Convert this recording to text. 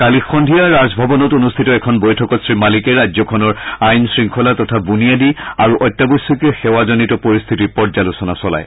কালি সদ্ধিয়া ৰাজভৱনত অনুষ্ঠিত এখন বৈঠকত শ্ৰীমালিকে ৰাজ্যখনৰ আইন শৃংখলা তথা বুনিয়াদী আৰু অত্যাৱশ্যকীয় সেৱাজনিত পৰিস্থিতিৰ পৰ্যালোচনা চলায়